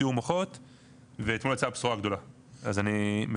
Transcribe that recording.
סיעור מוחות ואתמול יצאה הבשורה הגדולה.